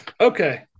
Okay